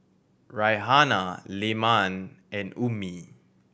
Raihana Leman and Ummi